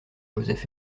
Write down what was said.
joseph